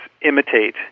imitate